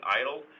idle